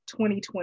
2020